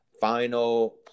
final